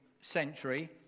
century